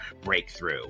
breakthrough